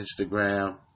Instagram